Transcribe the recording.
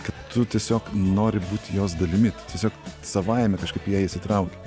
kad tu tiesiog nori būti jos dalimi tiesiog savaime kažkaip į ją įsitrauki